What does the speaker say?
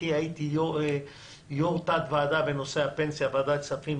כי הייתי יושב-ראש תת-ועדה בנושא הפנסיה בוועדת הכספים,